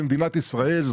זה מדינת ישראל טסה,